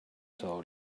tall